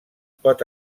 pot